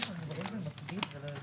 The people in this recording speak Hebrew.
ננעלה בשעה 11:01.